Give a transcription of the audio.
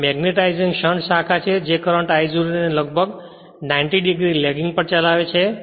અને magnetising shunt શાખા છે જે કરંટ I0 ને લગભગ 90 ડિગ્રી લેગિંગ પર ચલાવે છે